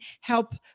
help